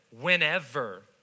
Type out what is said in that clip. whenever